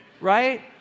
right